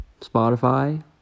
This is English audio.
Spotify